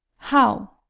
how?